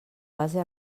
base